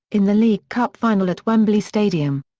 in the league cup final at wembley stadium.